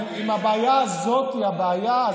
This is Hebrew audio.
אם הבעיה הזאת היא הבעיה,